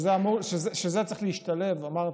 זה צריך להשתלב, אמרתי,